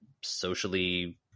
socially